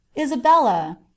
Isabella